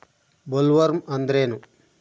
Bollworm ಅಂದ್ರೇನು?